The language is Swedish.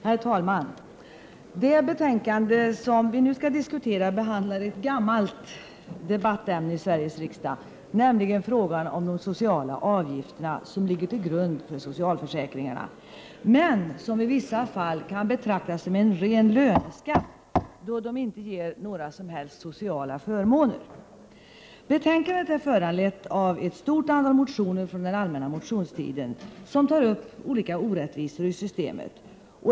Herr talman! Det betänkande som vi nu skall diskutera behandlar ett gammalt debattämne i Sveriges riksdag, nämligen frågan om de sociala avgifterna, som ligger till grund för socialförsäkringarna men som i vissa fall kan betraktas som en ren löneskatt, då de inte ger några som helst sociala förmåner. Betänkandet är föranlett av ett stort antal motioner från den allmänna motionstiden som tar upp olika orättvisor i systemet.